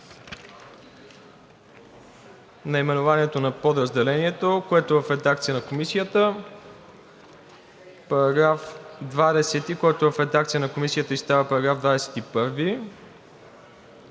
наименованието на Подразделението, което е в редакция на Комисията; § 20, който е в редакция на Комисията и става § 21;